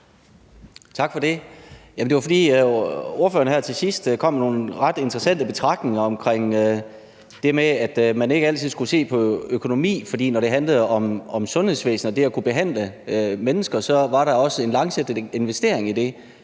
Tak for det. Ordføreren kom her til sidst med nogle ret interessante betragtninger omkring det med, at man ikke altid skulle se på økonomi, for når det handlede om sundhedsvæsenet og det at kunne behandle mennesker, så var der også en langsigtet investering i det.